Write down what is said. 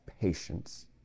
patience